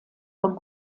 von